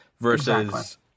versus—